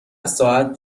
ساعت